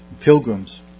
pilgrims